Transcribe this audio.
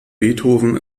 beethoven